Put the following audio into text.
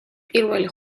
პირველი